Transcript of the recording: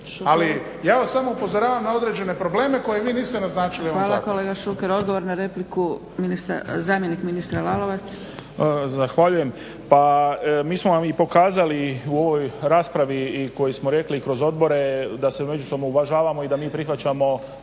ali ja vas samo upozoravam na određene probleme koje vi niste naznačili u ovom zakonu. **Zgrebec, Dragica (SDP)** Hvala kolega Šuker. Odgovor na repliku, zamjenik ministra Lalovac. **Lalovac, Boris** Zahvaljujem. Pa mi smo vam i pokazali u ovoj raspravi i koji smo rekli i kroz odbore da se međusobno uvažavamo i da mi prihvaćamo